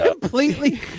completely